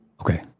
Okay